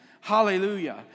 Hallelujah